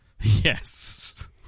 Yes